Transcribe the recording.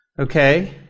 Okay